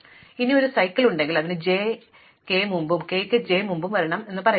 ഇപ്പോൾ എനിക്ക് ഒരു ചക്രം ഉണ്ടെങ്കിൽ അത് j ന് k ന് മുമ്പും k ന് j ന് മുമ്പും വരണം എന്ന് പറയുന്നു